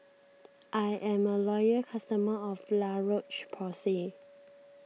I'm a loyal customer of La Roche Porsay